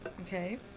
Okay